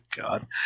God